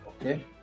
Okay